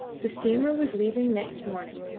the steamer was leaving next morning,